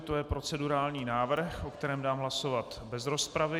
To je procedurální návrh, o kterém dám hlasovat bez rozpravy.